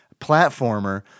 platformer